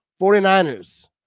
49ers